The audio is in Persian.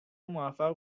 موفق